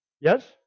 Yes